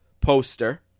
poster